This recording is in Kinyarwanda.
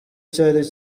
cyari